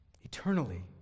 eternally